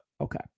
okay